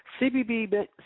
CBB